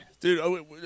Dude